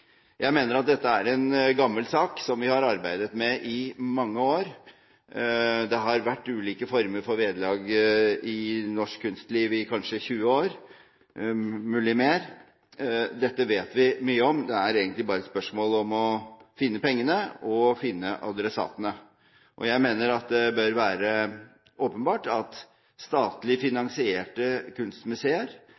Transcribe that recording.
Dette er en gammel sak som vi har arbeidet med i mange år. Det har vært ulike former for vederlag i norsk kunstliv i kanskje 20 år, mulig mer. Dette vet vi mye om. Det er egentlig bare et spørsmål om å finne pengene og å finne adressatene. Jeg mener at det bør være åpenbart at statlig